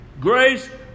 grace